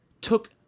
took